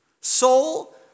soul